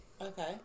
Okay